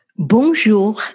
Bonjour